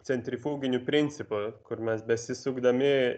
centrifuginiu principu kur mes besisukdami